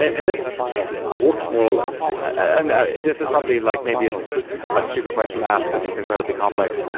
and it works more or less. and this is probably like maybe it's a stupid question to ask because it's incredibly complex,